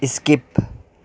skip